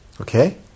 Okay